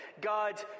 God